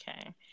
Okay